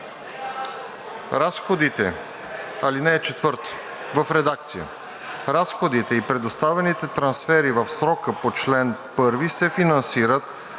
Разходите и предоставените трансфери в срока по чл. 1 се финансират